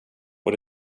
och